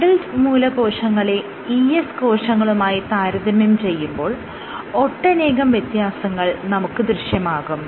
adult മൂലകോശങ്ങളെ ES കോശങ്ങളുമായി താരതമ്യം ചെയ്യുമ്പോൾ ഒട്ടനേകം വ്യത്യാസങ്ങൾ നമുക്ക് ദൃശ്യമാകും